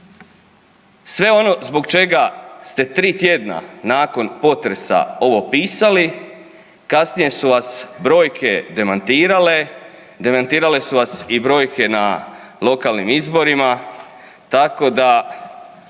Sve ono zbog čega ste 3 tjedna nakon potresa ovo pisali, kasnije su vas brojke demantirale, demantirale su vas i brojke na lokalnim izborima tako da